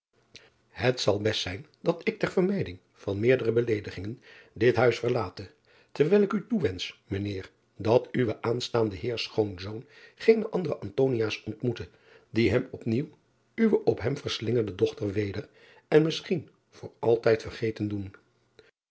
et zal best zijn dat ik ter vermijding van meerdere beleedigingen dit huis verlate terwijl ik u toewensch mijn eer dat uwe aanstaande eer schoonzoon geene andere ontmoete die hem op nieuw uwe op hem verslingerde dochter weder en misschien voor altijd vergeten doen